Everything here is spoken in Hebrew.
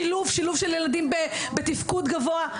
שילוב של ילדים בתפקוד גבוה,